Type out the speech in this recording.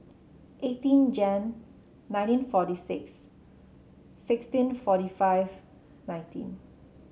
eighteen Jan nineteen forty six sixteen forty five nineteen